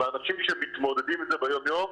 לאנשים שמתמודדים עם זה ביום יום.